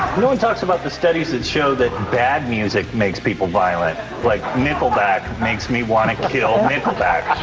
no one talks about the studies that show that bad music makes people violent like nickelback. makes me want to kill nickelback